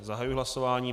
Zahajuji hlasování.